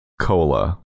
cola